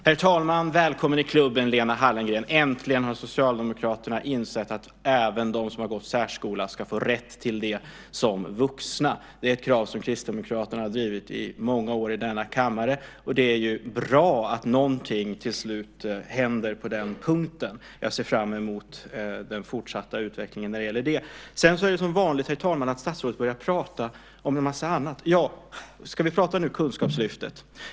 Herr talman! Välkommen i klubben, Lena Hallengren! Äntligen har Socialdemokraterna insett att även de som har gått i särskola ska få rätt till det som vuxna. Det är ett krav som Kristdemokraterna har drivit i många år i denna kammare, och det är ju bra att någonting till slut händer på den punkten. Jag ser fram emot den fortsatta utvecklingen när det gäller det. Sedan är det som vanligt, herr talman, att statsrådet börjar prata om en massa annat. Ja, ska vi nu prata om Kunskapslyftet?